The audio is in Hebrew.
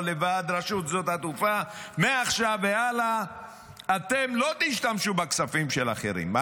לוועד רשות שדות התעופה: מעכשיו והלאה אתם לא תשתמשו בכספים של אחרים,